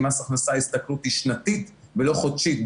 כי במס הכנסה ההסתכלות היא שנתית ולא חודשית,